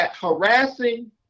harassing